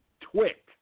twit